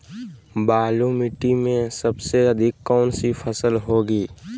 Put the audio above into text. बालू मिट्टी में सबसे अधिक कौन सी फसल होगी?